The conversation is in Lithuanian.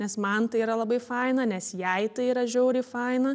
nes man tai yra labai faina nes jai tai yra žiauriai faina